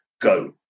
go